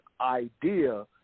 idea